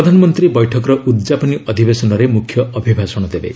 ପ୍ରଧାନମନ୍ତ୍ରୀ ବୈଠକର ଉଦ୍ଯାପନୀ ଅଧିବେଶନରେ ମୁଖ୍ୟ ଅଭିଭାଷଣ ଦେବେ